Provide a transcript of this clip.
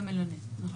במלונית, נכון.